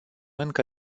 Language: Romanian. încă